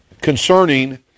concerning